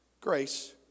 grace